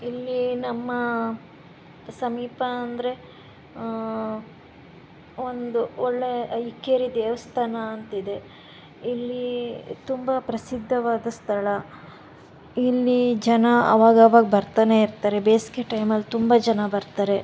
ಇಲ್ಲಿ ನಮ್ಮ ಸಮೀಪ ಅಂದರೆ ಒಂದು ಒಳ್ಳೆ ಇಕ್ಕೇರಿ ದೇವಸ್ಥಾನ ಅಂತಿದೆ ಇಲ್ಲೀ ತುಂಬ ಪ್ರಸಿದ್ದವಾದ ಸ್ಥಳ ಇಲ್ಲಿ ಜನ ಆವಾಗವಾಗ ಬರ್ತಾನೆ ಇರ್ತಾರೆ ಬೇಸಿಗೆ ಟೈಮಲ್ಲಿ ತುಂಬ ಜನ ಬರ್ತಾರೆ